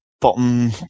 bottom